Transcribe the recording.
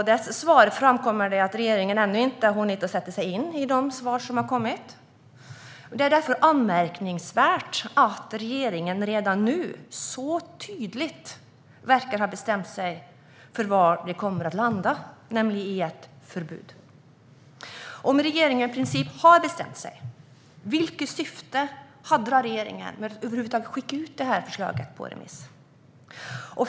Det framgår att regeringen ännu inte har hunnit sätta sig in i de svar som har kommit. Det är därför anmärkningsvärt att regeringen redan nu så tydligt verkar ha bestämt sig för vad det hela kommer att landa i, nämligen ett förbud. Om regeringen i princip redan har bestämt sig, vilket syfte hade då regeringen med att skicka ut förslaget på remiss?